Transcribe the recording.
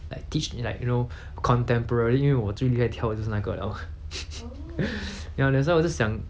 that teach like you know contemporary 因为我最厉害跳的就是那个 liao ya that's why 我是想